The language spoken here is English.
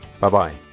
Bye-bye